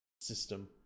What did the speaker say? system